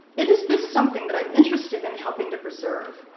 it is this something that i'm interested in helping to preserve.